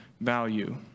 value